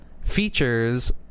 features